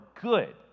good